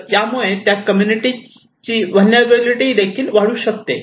तर यामुळे त्या कम्युनिटी ची व्हलनेरलॅबीलीटी देखील वाढू शकते